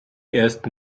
erst